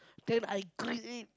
then I